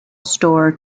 store